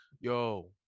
yo